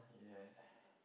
yeah